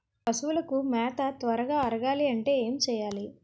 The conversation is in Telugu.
పశువులకు మేత త్వరగా అరగాలి అంటే ఏంటి చేయాలి?